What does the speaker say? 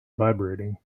vibrating